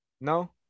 no